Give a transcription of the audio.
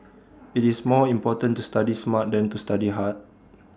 IT is more important to study smart than to study hard